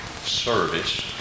service